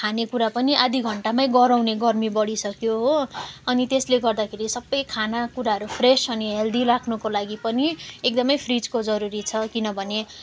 खानेकुरा पनि आधी घन्टामा गह्नाउने गर्मी बढिसक्यो हो अनि त्यसले गर्दाखेरि सब खानेकुराहरू फ्रेस अनि हेल्दी राख्नुको लागि पनि एकदम फ्रिजको जरुरी छ किनभने